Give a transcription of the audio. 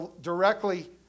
directly